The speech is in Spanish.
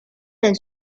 del